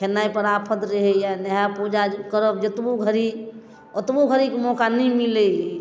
खेनाइपर आफत रहैया नहायब पूजा करब जतबो घड़ी ओतबो घड़ी मौका नहि मिलै अछि